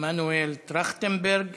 מנואל טרכטנברג,